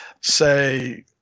say